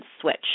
switch